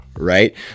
Right